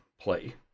play